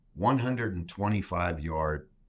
125-yard